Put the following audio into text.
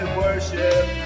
worship